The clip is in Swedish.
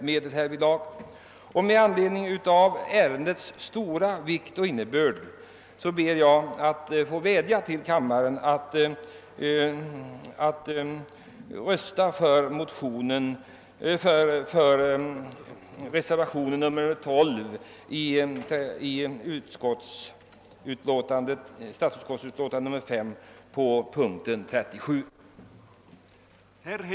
Med anledning av ärendets stora vikt och innebörd vädjar jag till kammaren att rösta för reservationen 12 vid punkt 37 i statsutskottets utlåtande